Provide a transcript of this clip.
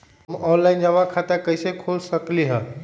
हम ऑनलाइन जमा खाता कईसे खोल सकली ह?